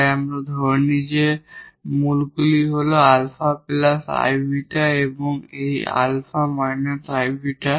তাই আমরা ধরে নিই যে রুটগুলি হল 𝛼 𝑖𝛽 এবং এই 𝛼 𝑖𝛽